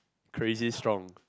crazy strong